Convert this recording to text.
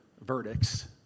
verdicts